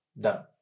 done